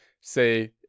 say